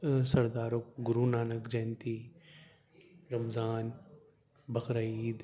سردارو Guru Nanak Jayanti Ramzan Bakrid